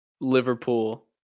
Liverpool